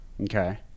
Okay